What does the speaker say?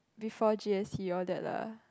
before G_S_T all that lah